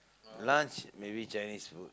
lunch maybe Chinese food